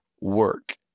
work